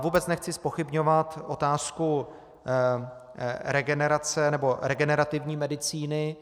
Vůbec nechci zpochybňovat otázku regenerace nebo regenerativní medicíny.